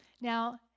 Now